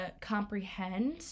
comprehend